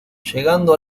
llegando